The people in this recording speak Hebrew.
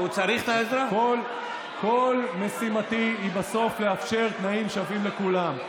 כל משימתי היא בסוף לאפשר תנאים שווים לכולם.